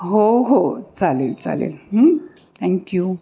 हो हो चालेल चालेल थँक्यू